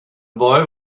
boy